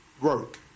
work